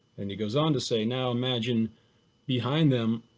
and he goes on to say, now imagine behind them,